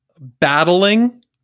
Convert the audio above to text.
battling